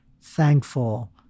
thankful